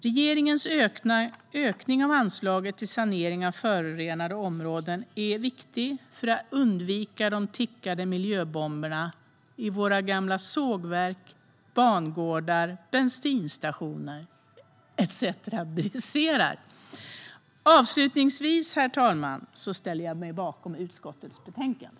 Regeringen ökning av anslaget till sanering av förorenade områden är viktig för att undvika att de tickande miljöbomberna i våra gamla sågverk, bangårdar, bensinstationer, etcetera, briserar. Avslutningsvis, herr talman, ställer jag mig bakom utskottets förslag.